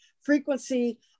frequency